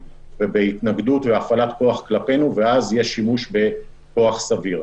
ובהתנגדות והפעלת כוח כלפינו ואז יש שימוש בכוח סביר.